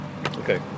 Okay